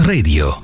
Radio